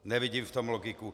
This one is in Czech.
Nevidím v tom logiku.